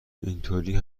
اینطوری